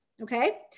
Okay